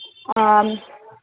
आम्